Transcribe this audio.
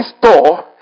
store